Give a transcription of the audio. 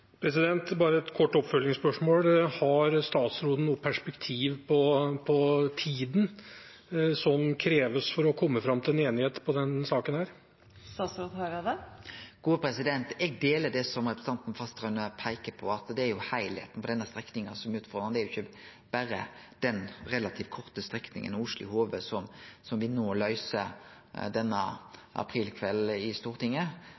Bare et kort oppfølgingsspørsmål: Har statsråden noe perspektiv på tiden som kreves for å komme fram til en enighet i denne saken? Eg deler det representanten Fasteraune her peiker på, at det er heilskapen på denne strekninga som er utfordrande; det er ikkje berre den relativt korte strekninga Hove–Osli som me no løyser denne aprilkvelden i Stortinget. Det er heilskapen i strekninga som